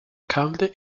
calde